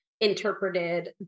interpreted